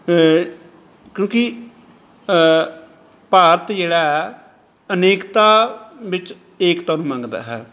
ਕਿਉਂਕਿ ਭਾਰਤ ਜਿਹੜਾ ਹੈ ਅਨੇਕਤਾ ਵਿੱਚ ਏਕਤਾ ਨੂੰ ਮੰਗਦਾ ਹੈ